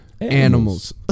animals